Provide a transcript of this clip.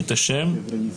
קנטורוביץ' מנתיב, בבקשה.